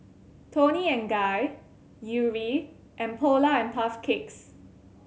Toni and Guy Yuri and Polar and Puff Cakes